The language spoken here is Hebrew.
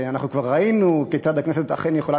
אנחנו כבר ראינו כיצד הכנסת אכן יכולה